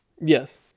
yes